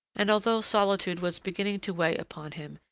and, although solitude was beginning to weigh upon him,